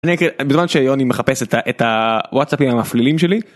בזמן שיוני מחפש את האת הוואטסאפים המפלילים שלי.